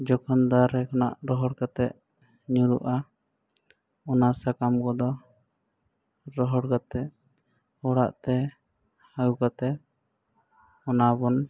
ᱟᱨ ᱡᱚᱠᱷᱚᱱ ᱫᱟᱨᱮ ᱨᱮᱱᱟᱜ ᱨᱚᱦᱚᱲ ᱠᱟᱛᱮᱫ ᱧᱩᱨᱦᱩᱜᱼᱟ ᱚᱱᱟ ᱥᱟᱠᱟᱢ ᱠᱚᱫᱚ ᱨᱚᱦᱚᱲ ᱠᱟᱛᱮᱫ ᱚᱲᱟᱜ ᱛᱮ ᱟᱹᱜᱩ ᱠᱟᱛᱮᱫ ᱚᱱᱟ ᱵᱚᱱ